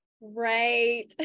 Right